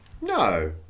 No